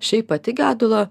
šiaip pati gedulo